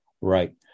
Right